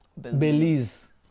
Belize